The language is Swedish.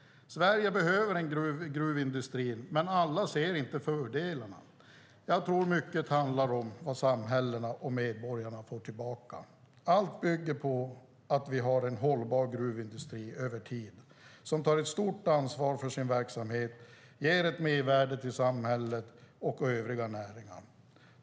Sverige behöver gruvindustrin, men alla ser inte fördelarna. Jag tror att mycket handlar om vad samhällena och medborgarna får tillbaka. Allt bygger på att vi har en hållbar gruvindustri över tid som tar ett stort ansvar för sin verksamhet och ger ett mervärde till samhället och övriga näringar.